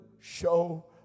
show